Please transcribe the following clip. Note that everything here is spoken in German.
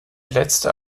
letzter